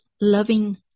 loving